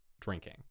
drinking